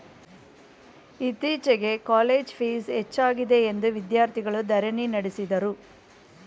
ಇತ್ತೀಚೆಗೆ college fees ಹೆಚ್ಚಾಗಿದೆಯೆಂದು ವಿದ್ಯಾರ್ಥಿಗಳು ಧರಣಿ ನಡೆಸಿದರು